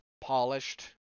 polished